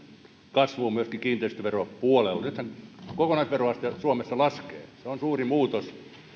kasvuun myöskin kiinteistöveropuolella nythän kokonaisveroaste suomessa laskee se on suuri muutos